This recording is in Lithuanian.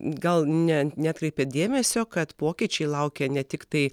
gal ne neatkreipėt dėmesio kad pokyčiai laukia ne tiktai